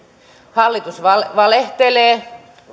hallitus valehtelee